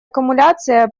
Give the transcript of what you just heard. аккумуляция